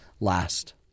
last